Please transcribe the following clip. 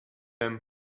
him